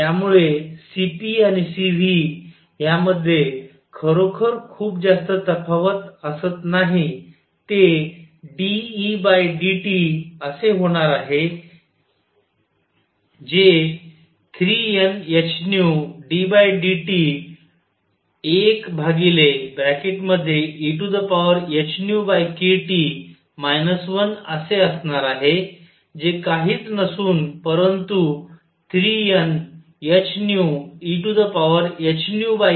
त्यामुळे Cp आणि Cv ह्यामध्ये खरोखर खूप ज्यास्त तफावत असत नाही ते dEdT असे होणार आहे जे 3NhνddT 1ehνkT 1असे असणार आहे जे काहीच नसून परंतु 3NhνehνkT 1ehνkT 12hνkTआहे